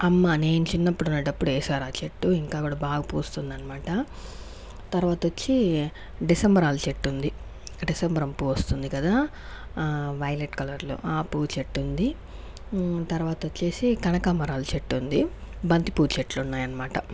అమ్మ నేను చిన్నప్పుడు ఉండేటప్పుడు ఏసారా ఆ చెట్టు ఇంకా కూడా బాగా పూస్తుంది అనమాట తర్వాత వచ్చి డిసెంబరాల చెట్టు ఉంది డిసెంబరం పువ్వు వస్తుంది కదా వైలెట్ కలర్లో ఆ పువ్వు చెట్టు ఉంది తర్వాత వచ్చేసి కనకాంబరాలు చెట్టు ఉంది బంతిపూల చెట్లు ఉన్నాయి అనమాట